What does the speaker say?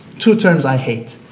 two terms i hate.